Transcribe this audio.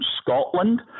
Scotland